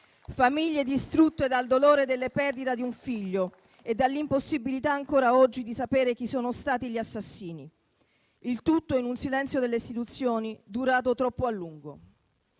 famiglie distrutte dal dolore della perdita di un figlio e dall'impossibilità, ancora oggi, di sapere chi sono stati gli assassini, il tutto in un silenzio delle istituzioni durato troppo a lungo.